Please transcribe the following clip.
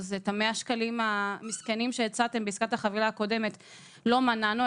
אז את ה-100 שקלים המסכנים שהצעתם בעסקת החבילה הקודמת לא מנענו,